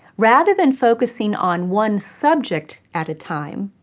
rather than focusing on one subject at a time,